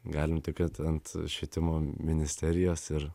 galim tik kad ant švietimo ministerijos ir